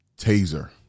taser